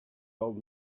old